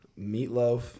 meatloaf